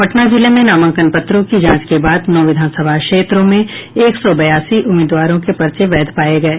पटना जिले में नामांकन पत्रों की जांच के बाद नौ विधानसभा क्षेत्रों में एक सौ बयासी उम्मीदवारों के पर्चे वैध पाये गये